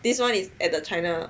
this one is at the china